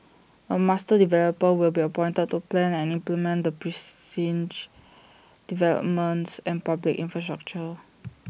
A master developer will be appointed to plan and implement the precinct's developments and public infrastructure